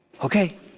Okay